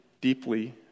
deeply